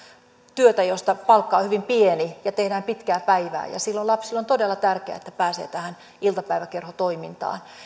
työtä josta palkka on hyvin pieni ja tehdään pitkää päivää ja silloin lapsille on todella tärkeää että pääsee tähän iltapäiväkerhotoimintaan